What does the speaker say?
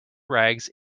rags